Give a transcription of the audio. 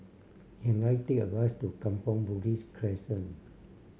can I take a bus to Kampong Bugis Crescent